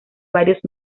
varios